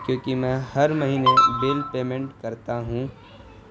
کیونکہ میں ہر مہینے بل پیمنٹ کرتا ہوں